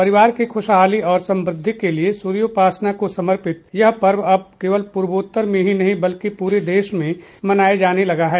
परिवार की खुशहाली और समृद्धि के लिए सूर्योपासना को समर्पित यह पर्व अब केवल पूर्वोत्तर में ही नहीं बल्कि पूरे देश में मनाया जाने लगा है